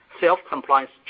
self-compliance